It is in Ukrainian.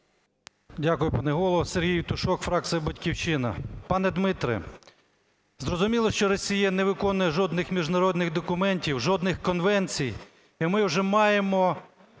Дякую, пане голово. Сергій Євтушок, фракція "Батьківщина". Пане Дмитре, зрозуміло, що Росія не виконує жодних міжнародних документів, жодних конвенцій, і ми вже маємо,